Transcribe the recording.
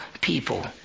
people